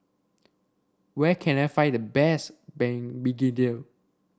where can I find the best Ban Begedil